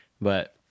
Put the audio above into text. But-